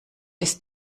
ist